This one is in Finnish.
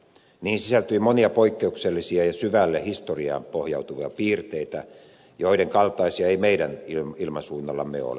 niihin sisältyi monia poikkeuksellisia ja syvälle historiaan pohjautuvia piirteitä joiden kaltaisia ei meidän ilmansuunnallamme ole